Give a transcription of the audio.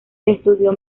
estudió